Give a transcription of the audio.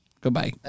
Goodbye